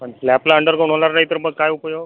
पण स्लॅपला अंडरग्राउंड होणार नाही तर मग काय उपयोग